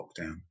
lockdown